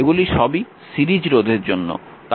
এগুলি সবই সিরিজ রোধের জন্য